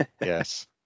Yes